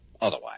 otherwise